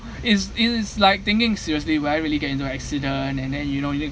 is it is like thinking seriously will I really get into accident and then you know you need